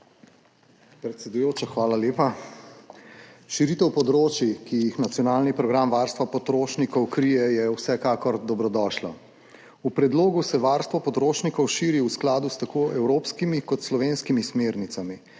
Predsedujoča, hvala lepa. Širitev področij, ki jih nacionalni program varstva potrošnikov krije, je vsekakor dobrodošla. V predlogu se varstvo potrošnikov širi v skladu s tako evropskimi kot slovenskimi smernicami,